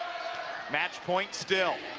match point still